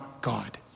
God